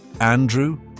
Andrew